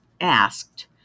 asked